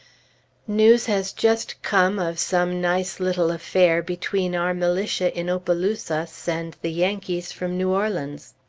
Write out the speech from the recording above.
news has just come of some nice little affair between our militia in opelousas and the yankees from new orleans,